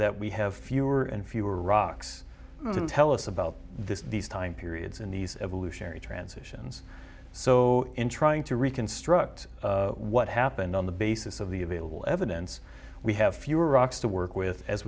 that we have fewer and fewer rocks to tell us about this these time periods in these evolutionary transitions so in trying to reconstruct what happened on the basis of the available evidence we have fewer rocks to work with as